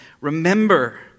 Remember